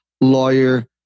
lawyer